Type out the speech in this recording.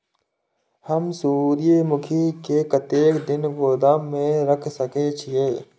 हम सूर्यमुखी के कतेक दिन गोदाम में रख सके छिए?